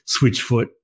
Switchfoot